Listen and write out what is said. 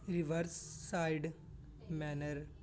riverside manor